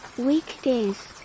Weekdays